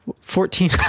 fourteen